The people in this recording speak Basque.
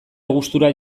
gustura